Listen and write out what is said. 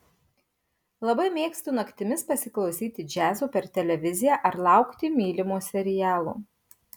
labai mėgstu naktimis pasiklausyti džiazo per televiziją ar laukti mylimo serialo